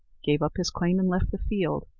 gave up his claim, and left the field.